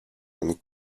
and